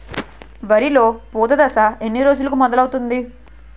వరిలో పూత దశ ఎన్ని రోజులకు మొదలవుతుంది?